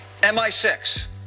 MI6